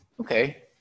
Okay